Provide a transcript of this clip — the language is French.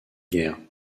guerre